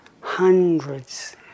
hundreds